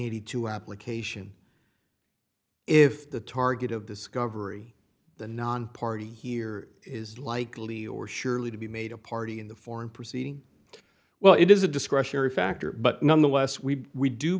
seventy two application if the target of discovery the nonparty here is likely or surely to be made a party in the foreign proceeding well it is a discretionary factor but nonetheless we we do